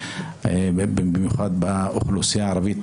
במיוחד באוכלוסייה הערבית,